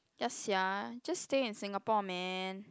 ya sia just stay in Singapore man